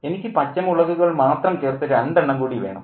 എനിക്ക് പച്ചമുളകുകൾ മാത്രം ചേർത്ത് രണ്ടെണ്ണം കൂടി വേണം